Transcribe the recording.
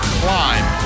climb